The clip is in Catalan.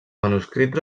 manuscrits